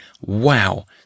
wow